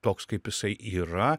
toks kaip jisai yra